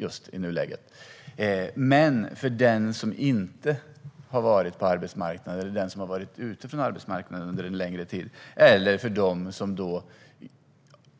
Men när det gäller dem som inte har varit på arbetsmarknaden eller som har varit utanför arbetsmarknaden under en längre tid eller dem,